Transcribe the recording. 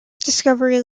discovery